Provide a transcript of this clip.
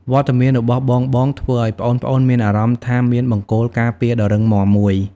វត្តមានរបស់បងៗធ្វើឱ្យប្អូនៗមានអារម្មណ៍ថាមានបង្គោលការពារដ៏រឹងមាំមួយ។